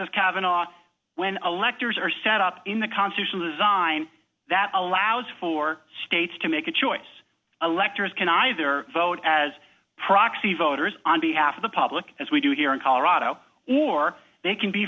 as kavanagh when electors are set up in the constitution is on that allows for states to make a choice electors can either vote as proxy voters on behalf of the public as we do here in colorado or they can be